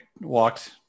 walked